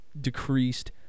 decreased –